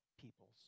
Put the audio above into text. peoples